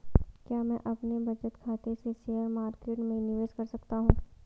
क्या मैं अपने बचत खाते से शेयर मार्केट में निवेश कर सकता हूँ?